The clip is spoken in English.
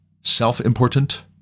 self-important